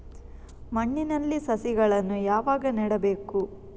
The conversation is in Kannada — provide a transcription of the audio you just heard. ಮಣ್ಣಿನಲ್ಲಿ ಸಸಿಗಳನ್ನು ಯಾವಾಗ ನೆಡಬೇಕು?